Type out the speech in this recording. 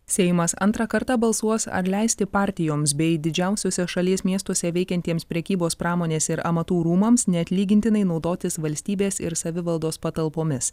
seimas antrą kartą balsuos ar leisti partijoms bei didžiausiuose šalies miestuose veikiantiems prekybos pramonės ir amatų rūmams neatlygintinai naudotis valstybės ir savivaldos patalpomis